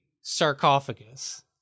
sarcophagus